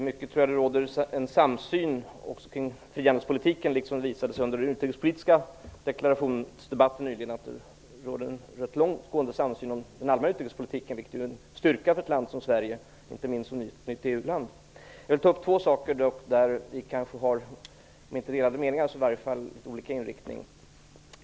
Fru talman! Jag kan efter Karin Falkmers inlägg konstatera att det i mycket råder en samsyn också kring frihandelspolitiken, liksom det visade sig göra under den allmänna utrikespolitiska debatten nyligen. Det är förstås en styrka för ett land som Sverige, inte minst som nytt EU-land. Jag vill dock ta upp två saker där vi kanske har om inte delade meningar så i varje fall olika inriktning.